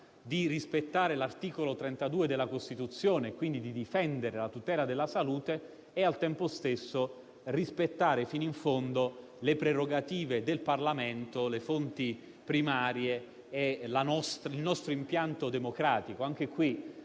di rispettare l'articolo 32 della Costituzione, quindi di difendere la tutela della salute, e al tempo stesso il bisogno di rispettare fino in fondo le prerogative del Parlamento, le fonti primarie e il nostro impianto democratico.